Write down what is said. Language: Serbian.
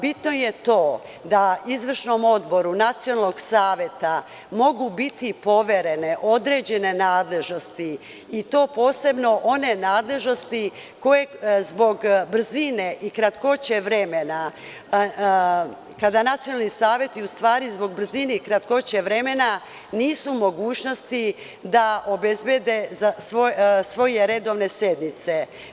Bitno je to da izvršnom odboru nacionalnog saveta mogu biti poverene određene nadležnosti, i to posebno one nadležnosti koje kada nacionalni saveti u stvari zbog brzine i kratkoće vremena nisu u mogućnosti da obezbede svoje redovne sednice.